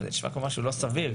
זה נשמע כמו משהו לא סביר.